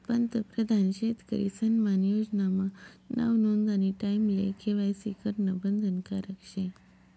पंतप्रधान शेतकरी सन्मान योजना मा नाव नोंदानी टाईमले के.वाय.सी करनं बंधनकारक शे